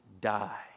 die